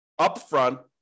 upfront